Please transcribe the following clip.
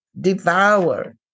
devour